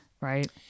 right